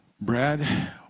Brad